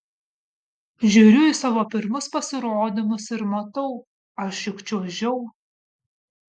žiūriu į savo pirmus pasirodymus ir matau aš juk čiuožiau